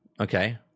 Okay